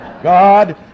God